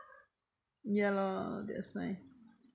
ya lor that's why